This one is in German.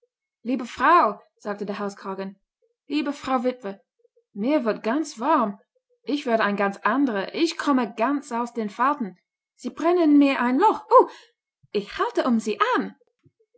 liebe frau sagte der halskragen liebe frau witwe mir wird ganz warm ich werde ein ganz anderer ich komme ganz aus den falten sie brennen mir ein loch uh ich halte um sie an